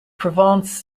provence